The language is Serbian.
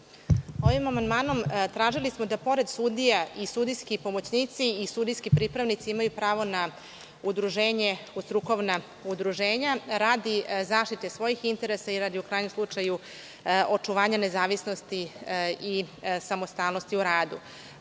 Ovim amandmanom tražili smo da pored sudija i sudijski pomoćnici pripravnici imaju pravo na udruženje u strukovna udruženja, radi zaštite svojih interesa i u krajnjom slučaju očuvanja nezavisnosti i samostalnosti u radu. Moram